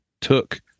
took